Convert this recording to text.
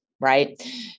right